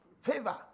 Favor